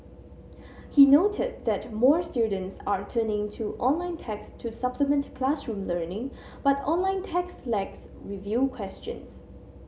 he noted that more students are turning to online text to supplement classroom learning but online text lacks review questions